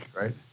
right